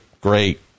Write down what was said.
great